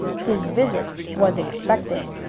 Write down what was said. his visit was expected,